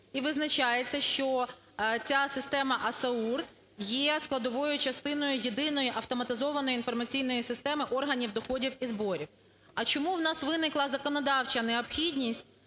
і визначається, що ця система АСАУР є складовою частиною єдиної автоматизованої інформаційної системи органів доходів і зборів. А чому у нас виникла законодавча необхідність